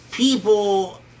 People